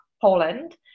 Poland